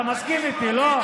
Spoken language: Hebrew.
אתה מסכים איתי, לא?